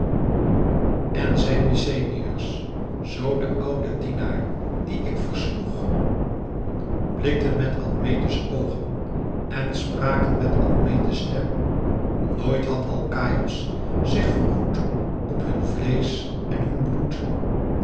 en zijn mykenæërs zoo de oude dienaar dien ik versloeg blikten met admete's oogen en spraken met admete's stem nooit had alkaïos zich verwoed op hun vleesch en hun bloed